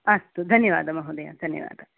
अस्तु धन्यवादः महोदय धन्यवादः